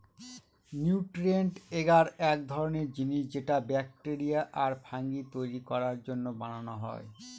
nutrient agar এক ধরনের জিনিস যেটা ব্যাকটেরিয়া আর ফাঙ্গি তৈরী করার জন্য বানানো হয়